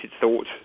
thought